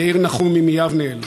יאיר נחומי מיבנאל,